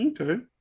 Okay